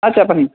చెప్పండి